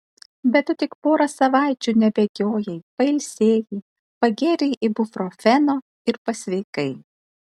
bet tu tik porą savaičių nebėgiojai pailsėjai pagėrei ibuprofeno ir pasveikai